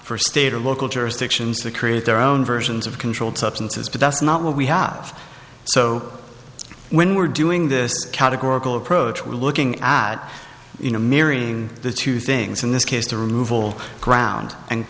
for state or local jurisdictions to create their own versions of controlled substances but that's not what we have so when we're doing this categorical approach we're looking at in a mirror in the two things in this case the removal ground and